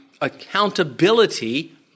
accountability